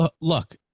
Look